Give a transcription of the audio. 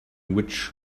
which